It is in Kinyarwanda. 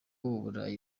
uburayi